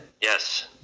Yes